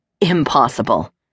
Impossible